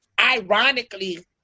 ironically